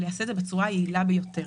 אבל יעשה את זה בצורה היעילה ביותר.